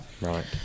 right